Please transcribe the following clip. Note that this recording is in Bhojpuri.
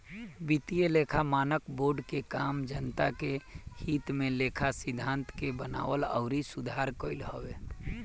वित्तीय लेखा मानक बोर्ड के काम जनता के हित में लेखा सिद्धांत के बनावल अउरी सुधार कईल हवे